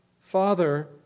father